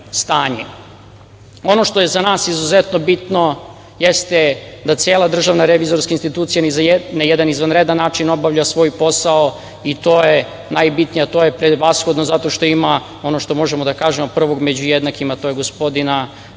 što je za nas izuzetno bitno jeste da cela Državna revizorska institucija na jedan izvanredan način obavlja svoj posao i to je najbitnije, a to je prevashodno zato što ima ono što možemo da kažemo prvog među jednakima, a to je gospodina Pejovića,